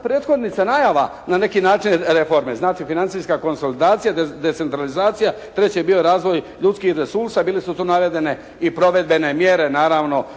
prethodnica najava na neki način reforme. Znači financijska konsolidacija, decentralizacija, treće je bio razvoj ljudskih resursa, bile su tu navedene i provedbene mjere naravno